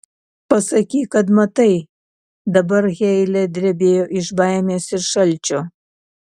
pasakyk kad matai dabar heile drebėjo iš baimės ir šalčio